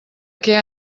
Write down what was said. què